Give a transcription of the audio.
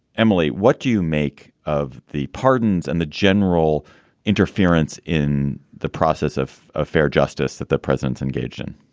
emily, what do you make of the pardons and the general interference in the process of a fair justice that the president engaged in?